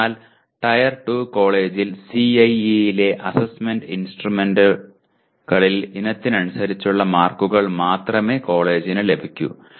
അതിനാൽ ടയർ 2 കോളേജിൽ CIE യിലെ അസസ്മെന്റ് ഇൻസ്ട്രുമെന്റുകളിൽ ഇനത്തിനനുസരിച്ചുള്ള മാർക്കുകൾ മാത്രമേ കോളേജിന് ലഭിക്കൂ